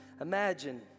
Imagine